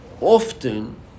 often